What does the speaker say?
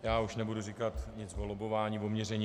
Já už nebudu říkat nic o lobbování, o měření.